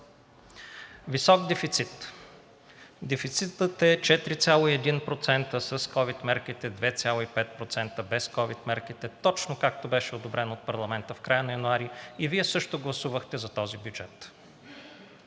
Висок дефицит. Дефицитът е 4,1% с ковид мерките, 2,5% без ковид мерките, точно както беше одобрен от парламента в края на януари, и Вие също гласувахте за този бюджет.